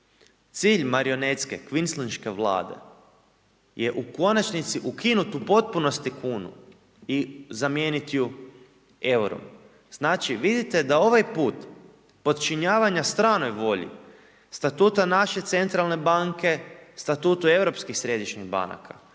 Cilj marionetske kvislinške vlade je u konačnici ukinut u potpunosti kunu i zamijeniti ju eurom. Znači vidite da ovaj put podčinjavanja strnoj volji, statuta našoj centralne banke, statutu europskih središnjih banaka,